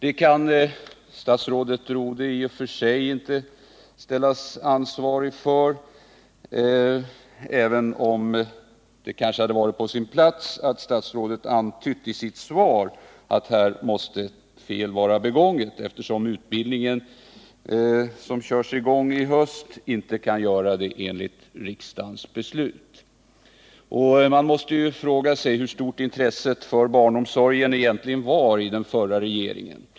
I och för sig kan inte statsrådet Rodhe göras ansvarig för detta, men det hade kanske varit på sin plats om statsrådet i sitt svar hade antytt att det måste ha begåtts ett fel, eftersom den utbildning som påbörjas i höst inte kan göra det enligt riksdagens beslut. Man måste fråga sig hur stort intresset för barnomsorgen egentligen var i den förra regeringen.